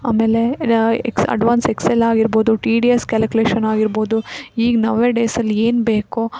ಆಮೇಲೆ ex advance Excel ಆಗಿರ್ಬೋದು T D S calculation ಆಗಿರ್ಬೋದು ಈಗ ನೌಎಡೇಸಲ್ಲಿ ಏನು ಬೇಕೋ